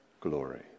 glory